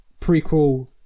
prequel